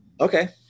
Okay